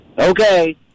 Okay